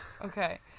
Okay